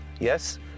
Yes